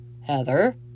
Heather